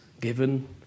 given